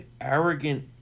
arrogant